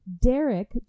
Derek